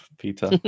Peter